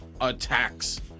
Attacks